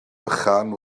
bychan